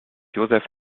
joseph